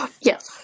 Yes